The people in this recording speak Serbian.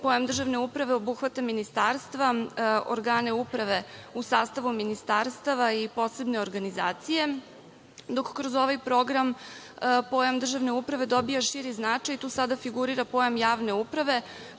pojam državne uprave obuhvata ministarstva, organe uprave u sastavu ministarstava i posebne organizacije, dok kroz ovaj program pojam državne uprave dobija širi značaj, tu sada figurira pojam javne uprave